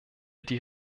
die